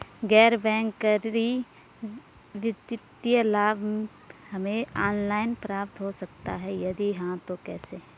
गैर बैंक करी वित्तीय लाभ हमें ऑनलाइन प्राप्त हो सकता है यदि हाँ तो कैसे?